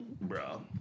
bro